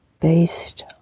based